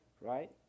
right